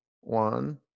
one